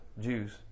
Jews